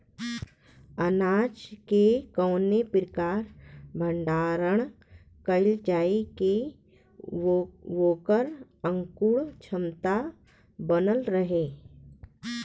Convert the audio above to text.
अनाज क कवने प्रकार भण्डारण कइल जाय कि वोकर अंकुरण क्षमता बनल रहे?